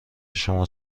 شما